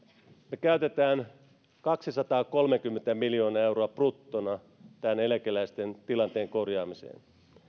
me käytämme kaksisataakolmekymmentä miljoonaa euroa bruttona eläkeläisten tilanteen korjaamiseen